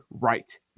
Right